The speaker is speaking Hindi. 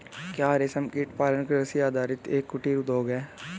क्या रेशमकीट पालन कृषि आधारित एक कुटीर उद्योग है?